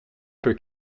peut